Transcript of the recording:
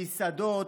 מסעדות,